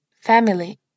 Family